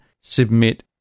submit